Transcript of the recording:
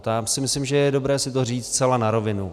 A já si myslím, že je dobré si to říct zcela na rovinu.